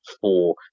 four